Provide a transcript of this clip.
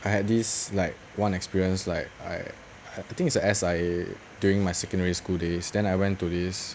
I had this like one experience like I I think it's S_I_A during my secondary school days then I went to this